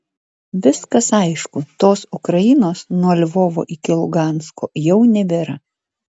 viskas aišku tos ukrainos nuo lvovo iki lugansko jau nebėra